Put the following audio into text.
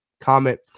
comment